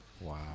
Wow